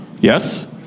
Yes